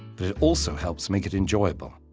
but it also helps make it enjoyable.